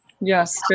Yes